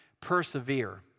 persevere